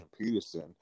Peterson